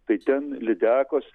tai ten lydekos